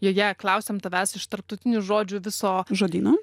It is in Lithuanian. joje klausiam tavęs iš tarptautinių žodžių viso žodyno